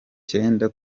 cyenda